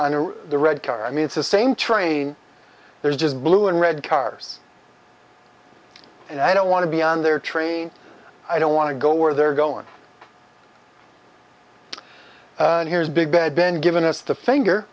and the red car i mean it's the same train there's just blue and red cars and i don't want to be on their train i don't want to go where they're going here's big bad been given us the finger